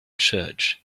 church